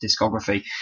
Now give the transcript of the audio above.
discography